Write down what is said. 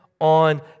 on